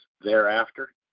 thereafter